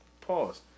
Pause